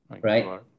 right